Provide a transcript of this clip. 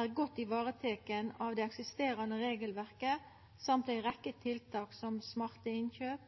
er godt vareteken av det eksisterande regelverket og ei rekkje tiltak, som smarte innkjøp,